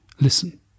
listen